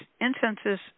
incenses